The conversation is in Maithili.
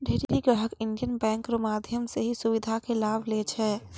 ढेरी ग्राहक इन्डियन बैंक रो माध्यम से ई सुविधा के लाभ लै छै